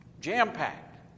jam-packed